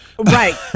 Right